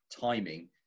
timing